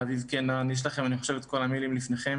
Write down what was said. לאביב קינן אני חושב שכל המיילים נמצאים בפניכם